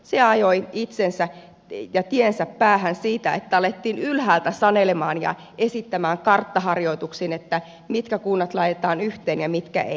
se ajoi tiensä päähän siitä että alettiin ylhäältä sanelemaan ja esittämään karttaharjoituksin mitkä kunnat laitetaan yhteen ja mitkä ei